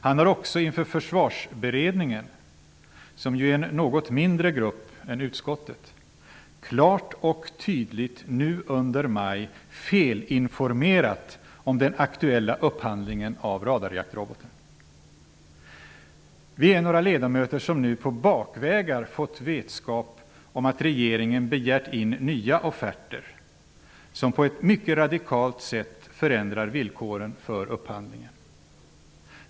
Han har också inför försvarsberedningen, som är en något mindre grupp än utskottet, under maj klart och tydligt felinformerat om den aktuella upphandlingen av radarjaktroboten. Vi är några ledamöter som på bakvägar har fått vetskap om att regeringen har begärt in nya offerter. Det förändrar villkoren för upphandlingen på ett mycket radikalt sätt.